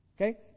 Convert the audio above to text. Okay